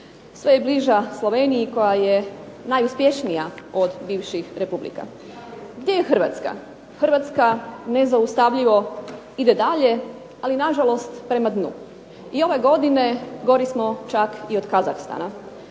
Sve je bliža Sloveniji koja je najuspješnija od bivših republika. Gdje je Hrvatska? Hrvatska nezaustavljivo ide dalje, ali na žalost prema dnu. I ove godine gori smo čak i od Kazahstana.